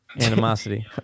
Animosity